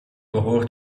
behoren